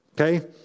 okay